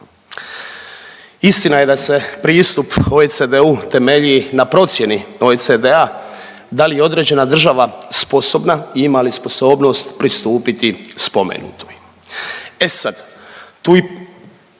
Istina je da se pristup OECD-u temelji na procjeni OECD-a da li je određena država sposobna i ima li sposobnost pristupiti spomenutoj. E sad, tu i